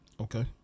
Okay